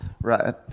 Right